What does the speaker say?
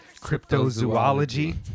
Cryptozoology